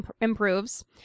improves